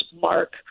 Mark